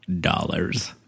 Dollars